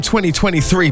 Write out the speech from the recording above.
2023